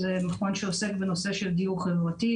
זהו מכון שעוסק בדיור חברתי.